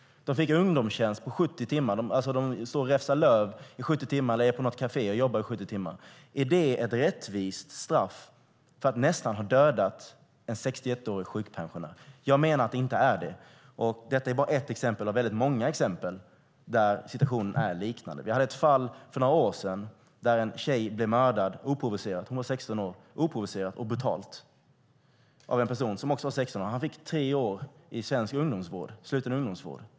De fick ungdomstjänst på 70 timmar. De står alltså och räfsar löv i 70 timmar eller jobbar på något kafé i 70 timmar. Är det ett rättvist straff för att nästan ha dödat en 61-årig sjukpensionär? Jag menar att det inte är det. Detta är bara ett av väldigt många exempel där situationen är liknande. Det var ett fall för några år sedan där en 16-årig tjej oprovocerat och brutalt blev mördad av en person som också var 16 år. Han fick tre år i sluten ungdomsvård.